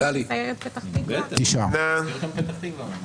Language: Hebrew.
הייתי מצפה מכם לעשות הערות לפי חברי הכנסת שנמצאים במקומם ברשימה.